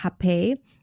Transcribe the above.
hape